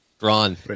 Ron